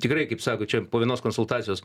tikrai kaip sako čia po vienos konsultacijos